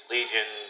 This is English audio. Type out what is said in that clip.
Legion